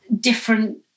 different